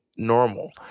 normal